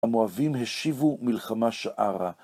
המואבים השיבו מלחמה שערה.